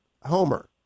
Homer